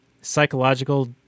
psychological